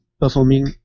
performing